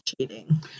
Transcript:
cheating